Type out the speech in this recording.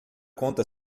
conta